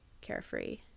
carefree